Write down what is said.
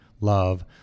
love